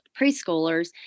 preschoolers